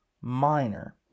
minor